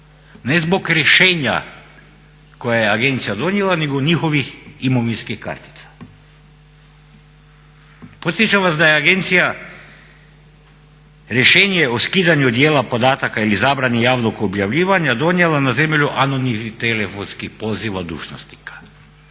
ne zbog rješenja koje je agencija donijela nego njihovih imovinskih kartica. Podsjećam vas da je agencija rješenje o skidanju dijela podataka ili zabrane javnog objavljivanja donijela na temelju anonimnih telefonskih poziva dužnosnika.